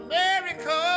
America